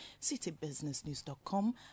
citybusinessnews.com